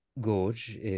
Gorge